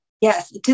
Yes